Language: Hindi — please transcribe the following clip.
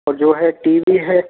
और जो है टी वी है